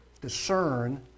Discern